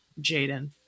Jaden